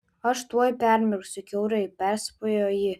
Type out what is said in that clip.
aš tuoj permirksiu kiaurai perspėjo ji